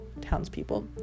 townspeople